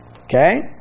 Okay